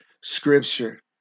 scripture